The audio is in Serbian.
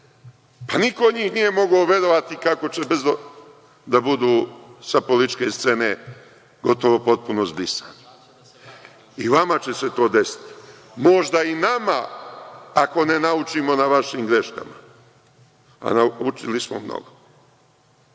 negde. Niko od njih mogao verovati kako će da budu sa političke scene gotovo potpuno zbrisani. I vama će se to desiti. Možda i nama, ako ne naučimo na vašim greškama, a naučili smo mnogo.